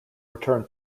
return